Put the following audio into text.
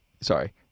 Sorry